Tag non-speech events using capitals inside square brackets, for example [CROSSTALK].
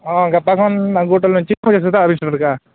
ᱦᱚᱸ ᱜᱟᱯᱟ ᱠᱷᱚᱱ ᱟᱹᱜᱩ ᱚᱴᱚᱣᱟᱹᱞᱤᱧ ᱪᱮᱫᱠᱚ [UNINTELLIGIBLE] ᱟᱹᱣᱨᱤᱧ ᱥᱟᱹᱛ ᱟᱠᱟᱫᱟ